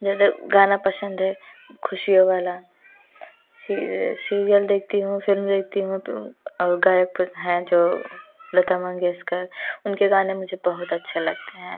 जादा गाना पसंद है खुशियों वाला सीरियल देखती हूँ फ़िल्म देखती हूँ और गायक कुछ हैं जो लता मंगेशकर उनके गाने मुझे बहुत अच्छे लगते हैं